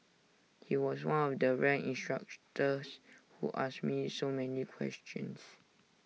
he was one of the rare instructors who asked me so many questions